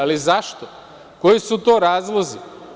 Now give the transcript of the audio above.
Ali zašto, koji su to razlozi?